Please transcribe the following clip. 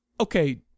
okay